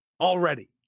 Already